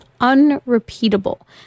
unrepeatable